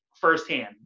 firsthand